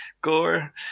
gore